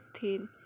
thin